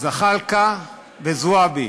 זחאלקה וזועבי,